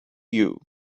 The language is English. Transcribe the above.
you